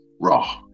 raw